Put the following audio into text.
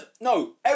No